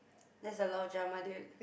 that's a lot of drama dude